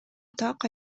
так